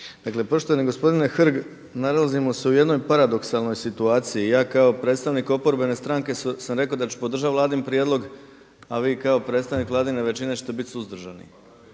Dakle, poštovani gospodine Hrg, nalazimo se u jednoj paradoksalnoj situaciji. Ja kao predstavnik oporbene stranke sam rekao da ću podržati Vladin prijedlog, a vi kao predstavnik vladine većine ćete biti suzdržani.